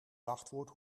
wachtwoord